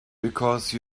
because